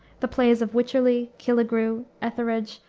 the plays of wycherley, killigrew, etherege,